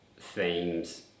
themes